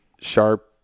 sharp